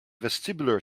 vestibular